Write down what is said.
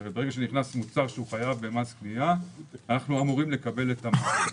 ברגע שנכנס מוצר שחייב במס קנייה אנחנו אמורים לקבל את המס.